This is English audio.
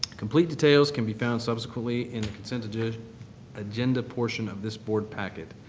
complete details can be found subsequently in the consent agenda agenda portion of this board packet.